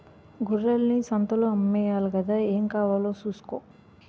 గొర్రెల్ని సంతలో అమ్మేయాలి గదా ఏం కావాలో సూసుకో